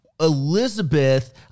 Elizabeth